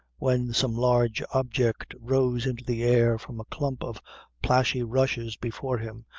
when some large object rose into the air from a clump of plashy rushes before him,